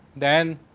then